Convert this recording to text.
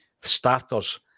starters